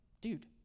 dude